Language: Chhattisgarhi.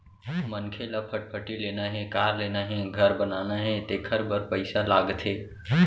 मनखे ल फटफटी लेना हे, कार लेना हे, घर बनाना हे तेखर बर पइसा लागथे